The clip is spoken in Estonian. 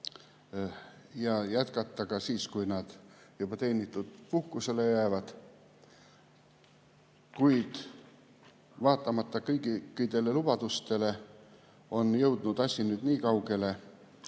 ja jätkata ka siis, kui nad juba teenitud puhkusele on jäänud. Kuid vaatamata kõikidele lubadustele on asi jõudnud nüüd niikaugele,